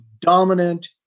dominant